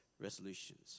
resolutions